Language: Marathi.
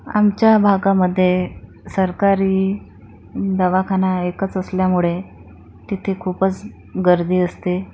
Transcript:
आमच्या भागामध्ये सरकारी दवाखाना एकच असल्यामुळे तिथे खूपच गर्दी असते